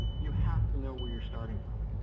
you have to know where you're starting from.